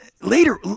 Later